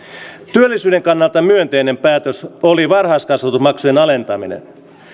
työllisyyden kannalta myönteinen päätös oli varhaiskasvatusmaksujen alentaminen